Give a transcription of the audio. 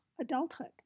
adulthood